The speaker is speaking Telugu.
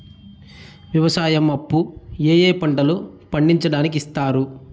వ్యవసాయం అప్పు ఏ ఏ పంటలు పండించడానికి ఇస్తారు?